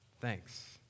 Thanks